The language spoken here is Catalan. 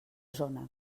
zona